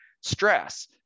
stress